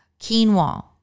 quinoa